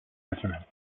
nationale